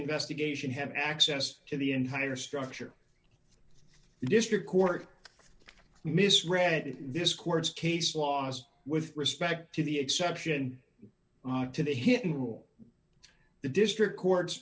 investigation have access to the entire structure the district court misread this court's case laws with respect to the exception to the hidden rule the district court